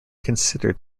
considered